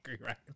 right